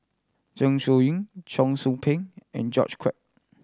Zeng Shouyin Cheong Soo Pieng and George Quek